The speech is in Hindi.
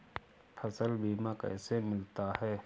फसल बीमा कैसे मिलता है?